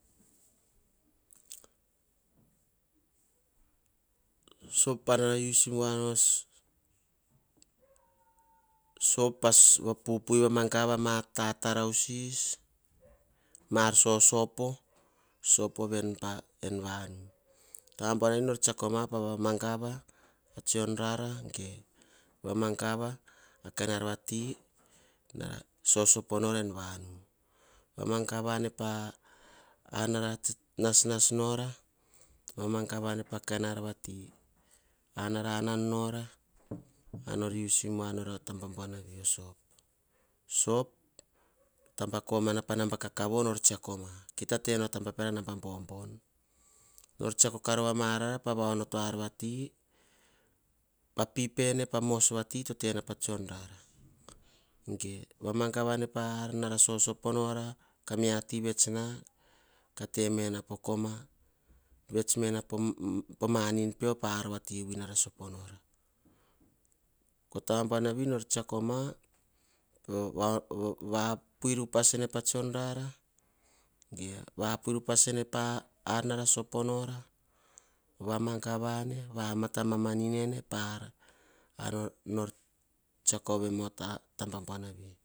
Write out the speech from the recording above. Sop para use iu vanos, sop pas va puipui va mangava ma ta tarausis, ma sosopo, sop o ven pa en vanu. Ta ver nor a tsiako poma mengava a tsion rara ge, va mangava, a kain ar vati, na sosopo en vanu. Vamagavane para nasnas nora vamagavane pah kain ar vati. Vamagavane pah ar nara ann nora. Maar nor vavakui voanor oh tamba pupui tsionena oh soap. Soap oh taba komana pah namba kakiavo. Kita tah piara naba bobon. Tam bah nor tsiakoma, pah pip ah mamos sata veni pah tsionara ge vamagavane panara sosopo nora. Kah vets mena omanin pah ar vui nara soponora. Taba buanavi nor tsiako ma pah va puipi upas sene pah tsiorah. Ge va puiri upas sene panara soponora vamagavane, vamata vamamanin ene. Anor tsiako ovema he taba bauanavi.